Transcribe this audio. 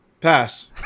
Pass